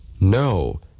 No